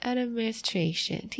Administration